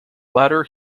latter